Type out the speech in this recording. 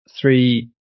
three